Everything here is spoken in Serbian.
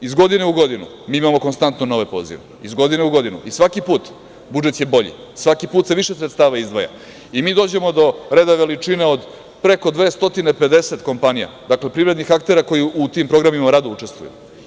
Iz godine u godinu mi imamo konstantno nove pozive i svaki put budžet je bolji, svaki put se više sredstava izdvaja i mi dođemo do reda veličine od preko 250 kompanija, dakle, privrednih aktera koji u tim programima rado učestvuju.